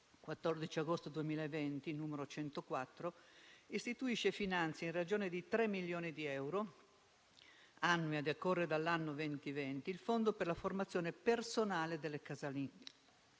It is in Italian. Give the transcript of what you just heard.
14 agosto 2020, n. 104, istituisce e finanzia in ragione di tre milioni di euro annui a decorrere dall'anno 2020 il Fondo per la formazione personale delle casalinghe.